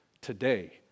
today